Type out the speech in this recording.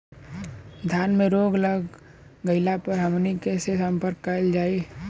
धान में रोग लग गईला पर हमनी के से संपर्क कईल जाई?